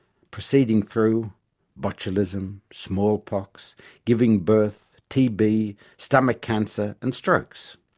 proceeding through botulism small pox giving birth tb stomach cancer and strokes.